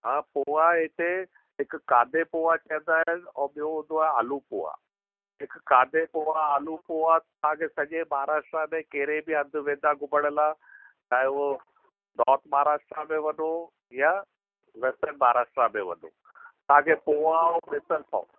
हा पोहा हिते हिकु कांदे पोहा चवंदा आहिनि अऊं ॿियो हूंदो आहे आलू पोहा हिकु कांदे पोहा आलू पोहा तव्हां खे सॼे महाराष्ट्रा में कहिड़े बि हंधि वेंदा घुमण लाइ चाहे उहो नोर्थ महाराष्ट्र में वञो या दक्षिण महाराष्ट्र में वञो तव्हां खे पोहा अऊं मिसल पॉव